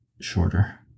shorter